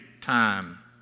time